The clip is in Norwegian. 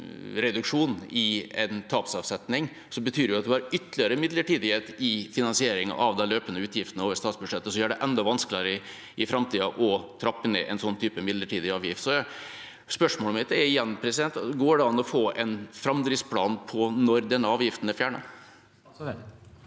i en tapsavsetning, betyr det at en har ytterligere midlertidighet i finansieringen av de løpende utgiftene over statsbudsjettet, som gjør det enda vanskeligere i framtida å trappe ned en sånn type midlertidig avgift. Så spørsmålet mitt er igjen: Går det an å få en framdriftsplan for når denne avgiften er fjernet?